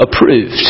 approved